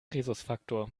rhesusfaktor